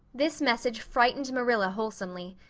this message frightened marilla wholesomely.